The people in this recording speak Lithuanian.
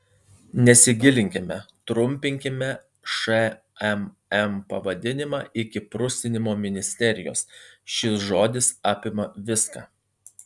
neilginkime trumpinkime šmm pavadinimą iki prusinimo ministerijos šis žodis apima viską